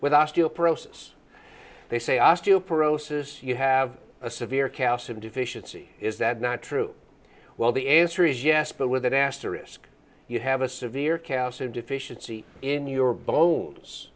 with osteoporosis they say osteoporosis you have a severe kassim deficiency is that not true well the answer is yes but with an asterisk you have a severe chaos and deficiency in your bones